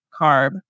carb